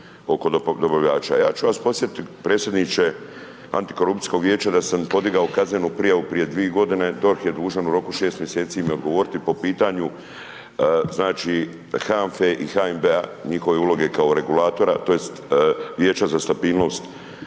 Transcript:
oko dobavljača, ja ću vas podsjetiti predsjedniče antikorupcijskog vijeća da sam podigao kaznenu prijavu prije 2 godine, DORH je dužan u roku 6 mjeseci mi odgovoriti po pitanju, znači HANFE i HNB-a njihove uloge kao regulatora tj. vijeća za stabilnost,